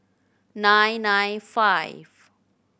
nine nine five